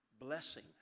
Blessing